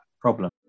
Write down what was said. problem